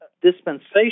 dispensation